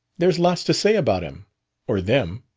there's lots to say about him or them.